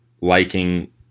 liking